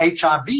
HIV